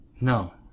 No